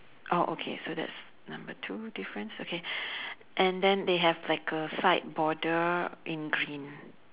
oh okay so that's number two difference okay and then they have like a side border in green